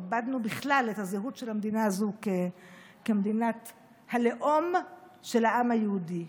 איבדנו בכלל את הזהות של המדינה הזאת כמדינת הלאום של העם היהודי.